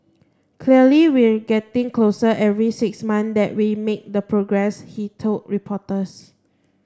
clearly we're getting closer every six months that we make the progress he told reporters